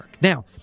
Now